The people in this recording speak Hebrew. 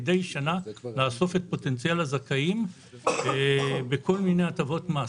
מדי שנה לאסוף את פוטנציאל הזכאים בכל מיני הטבות מס.